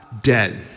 dead